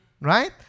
Right